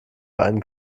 einen